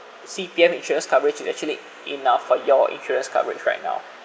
C_P_F insurance coverage to actually enough for your insurance coverage right now